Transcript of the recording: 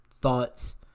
thoughts